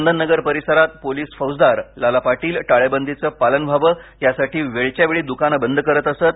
चंदन नगर परिसरात पोलिस फौजदार लाला पाटील टाळेबंदीचं पालन व्हाव यासाठी वेळच्या वेळी द्कान बंद करत असत